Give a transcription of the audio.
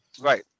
Right